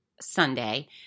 Sunday